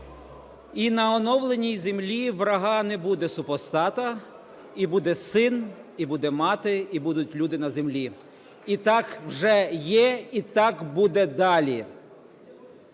"І на оновленій землі врага не буде, супостата, а буде син, і буде мати, і будуть люде на землі". І так вже є, і так буде далі.